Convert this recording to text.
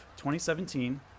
2017